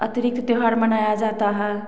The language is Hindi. अतिरिक्त त्योहार मनाया जाता है